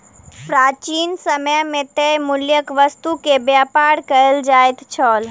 प्राचीन समय मे तय मूल्यक वस्तु के व्यापार कयल जाइत छल